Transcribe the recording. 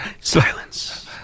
Silence